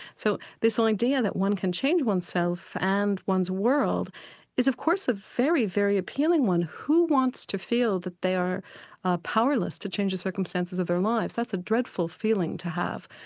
so this idea that one can change oneself and ones world is of course a very, very appealing one. who wants to feel that they are ah powerless to change the circumstances of their lives, that's a dreadful feeling to have.